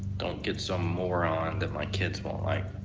don't get some moron that my kids won't like.